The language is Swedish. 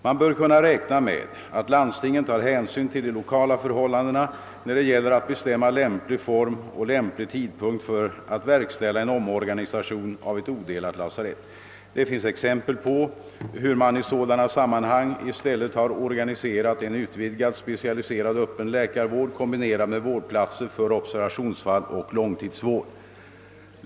Man bör kunna räkna med att landstingen tar hänsyn till de lokala förhållandena när det gäller att bestämma lämplig form och lämplig tidpunkt för att verkställa en omorganisation av ett odelat lasarett. Det finns exempel på hur man i sådana sammanhang i stället har omorganiserat en utvidgad specialiserad öppen läkarvård kombinerad med vårdplatser för observationsfall och långtidsvård.